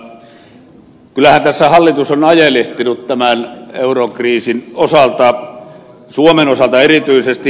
kyllähän tässä hallitus on ajelehtinut tämän eurokriisin osalta suomen osalta erityisesti